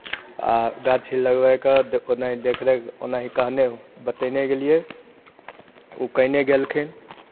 आ गाछी लगवाय कऽ देखहो नहि देखरेख ओनाहि कहने बतयने गेलियै ओ कयने गेलखिन